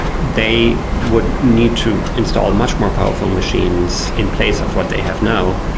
they would need to install much more powerful machines in place of what they have now.